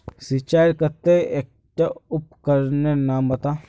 सिंचाईर केते एकटा उपकरनेर नाम बता?